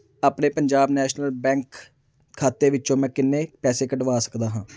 ਆਪਣੇ ਪੰਜਾਬ ਨੈਸ਼ਨਲ ਬੈਂਕ ਖਾਤੇ ਵਿੱਚੋਂ ਮੈਂ ਕਿੰਨੇ ਪੈਸੇ ਕੱਢਵਾ ਸਕਦਾ ਹਾਂ